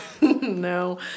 No